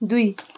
दुई